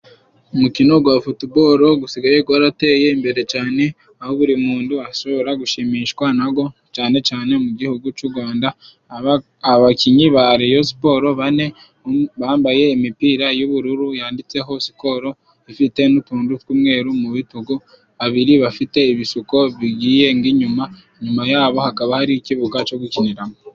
Umukino gwa futubolo gusigaye gwarateye imbere cyane aho buri muntu ashobora gushimishwa na go cane cane mu gihugu c'u Rwanda abakinyi ba reyo siporo bane bambaye imipira y'ubururu yanditseho sikoro ifite n'utuntu tw'umweru mu bitugu babiri bafite ibisuko bigiye nk'inyuma nyuma yabo hakaba hari ikibuga co gukiniramo.